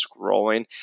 scrolling